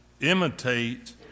imitate